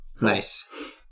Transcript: Nice